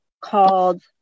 called